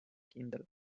kindel